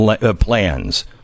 plans